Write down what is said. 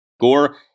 gore